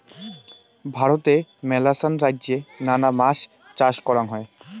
ভারতে মেলাছান রাইজ্যে নানা মাছ চাষ করাঙ হই